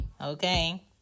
okay